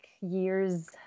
years